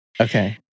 Okay